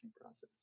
process